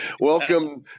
Welcome